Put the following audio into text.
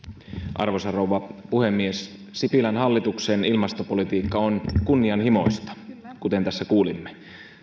arvoisa rouva puhemies sipilän hallituksen ilmastopolitiikka on kunnianhimoista kuten tässä kuulimme